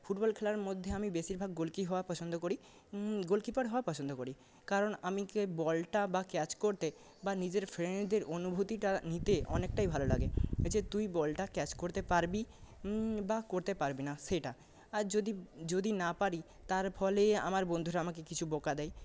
football খেলার মধ্যে আমি বেশিরভাগ গোলকিপার হওয়া পছন্দ করি গোলকিপার হওয়া পছন্দ করি কারণ আমি যে বলটা বা ক্যাচ করতে বা নিজের ফ্রেন্ডদের অনুভূতিটা নিতে অনেকটাই ভালো লাগে যে তুই বলটা ক্যাচ করতে পারবি বা করতে পারবি না সেটা আর যদি যদি না পারি তার ফলে আমার বন্ধুরা আমাকে কিছু বকা দেয়